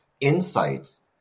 insights